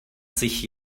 sich